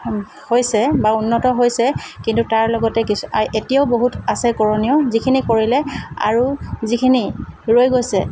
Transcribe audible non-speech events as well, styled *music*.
হৈছে বা উন্নত হৈছে কিন্তু তাৰ লগতে কিছু *unintelligible* এতিয়াও বহুত আছে কৰণীয় যিখিনি কৰিলে আৰু যিখিনি ৰৈ গৈছে